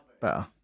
Better